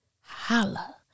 Holla